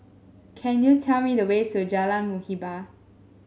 can you tell me the way to Jalan Muhibbah